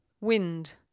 Wind